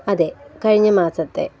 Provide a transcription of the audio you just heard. അതെ കഴിഞ്ഞ മാസത്തെ